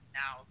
now